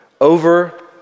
over